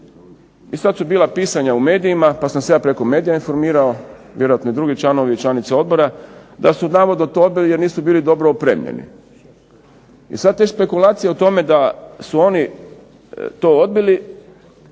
I sad su bila pisanja u medijima pa sam se ja preko medija informirao, vjerojatno i drugi članovi i članice odbora da su navodno to odbili jer nisu bili dobro opremljeni. I sad te špekulacije o tome da su oni to odbili